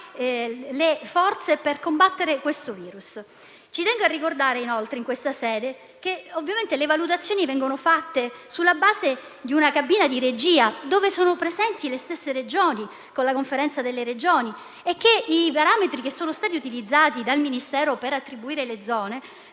le forze per combattere il virus*.* Ci tengo a ricordare in questa sede, inoltre, che le valutazioni vengono fatte sulla base di una cabina di regia dove sono presenti le stesse Regioni con la Conferenza delle Regioni, e che i parametri che sono stati utilizzati dal Ministero per attribuire le zone